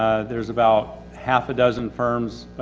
there's about half a dozen firms,